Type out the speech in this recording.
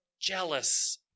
jealous